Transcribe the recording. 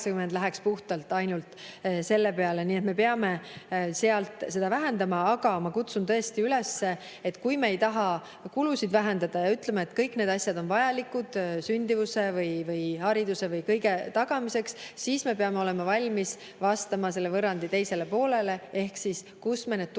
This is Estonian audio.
läheks puhtalt ainult [intressi] peale. Nii et me peame seda vähendama. Aga ma kutsun tõesti üles, et kui me ei taha kulusid vähendada ja ütleme, et kõik need asjad on vajalikud sündimuse, hariduse ja kõige tagamiseks, siis me peame olema valmis vastama selle võrrandi teise poole kohta ehk kust me need tulud